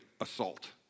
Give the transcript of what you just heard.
assault